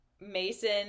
Mason